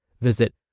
Visit